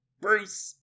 bruce